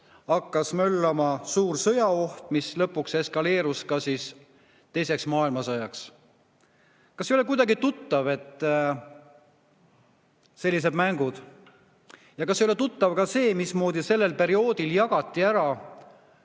hakkas möllama suur sõjaoht, mis lõpuks eskaleerus teiseks maailmasõjaks. Kas ei ole kuidagi tuttavad sellised mängud? Ja kas ei ole tuttav ka see, mismoodi sellel perioodil jagati